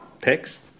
text